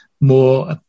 more